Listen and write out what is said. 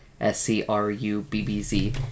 S-C-R-U-B-B-Z